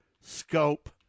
scope